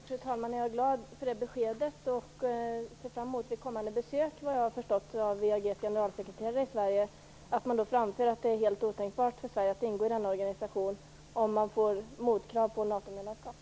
Fru talman! Jag är glad för det beskedet. Jag ser fram emot att man vid WEAG:s generalsekreterares kommande besök i Sverige framför att det är helt otänkbart för Sverige att ingå i denna organisation om motkravet är NATO-medlemskap.